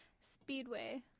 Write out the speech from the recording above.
Speedway